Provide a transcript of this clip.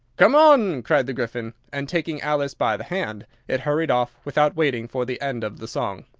come on! cried the gryphon, and, taking alice by the hand, it hurried off, without waiting for the end of the song.